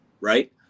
Right